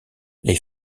les